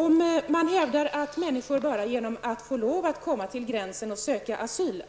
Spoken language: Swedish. Om man hävdar att människor bara genom att få lov att komma till gränsen och söka asyl